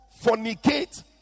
fornicate